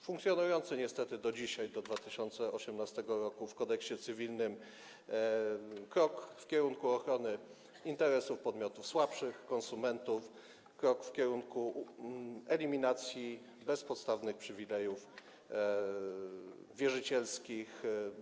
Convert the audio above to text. funkcjonujący niestety do dzisiaj, do 2018 r., w Kodeksie cywilnym, krok w kierunku ochrony interesów podmiotów słabszych, konsumentów, krok w kierunku eliminacji bezpodstawnych przywilejów wierzycielskich.